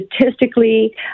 statistically